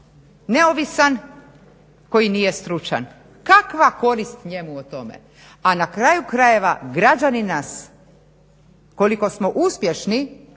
neovisan, koji nije stručan? Kakva korist njemu o tome? A na kraju krajeva građani nas, koliko smo uspješni